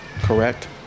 correct